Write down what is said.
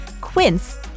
Quince